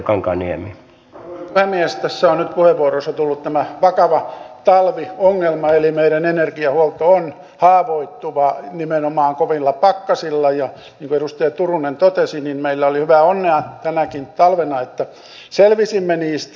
tässä on nyt puheenvuoroissa tullut tämä vakava talviongelma eli meidän energiahuolto on haavoittuva nimenomaan kovilla pakkasilla ja niin kuin edustaja turunen totesi niin meillä oli hyvää onnea tänäkin talvena että selvisimme niistä